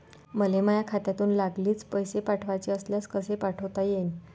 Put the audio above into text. मले माह्या खात्यातून लागलीच पैसे पाठवाचे असल्यास कसे पाठोता यीन?